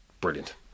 brilliant